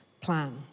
plan